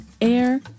air